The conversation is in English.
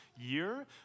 year